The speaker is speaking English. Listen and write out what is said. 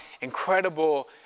incredible